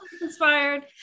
inspired